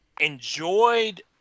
enjoyed